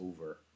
over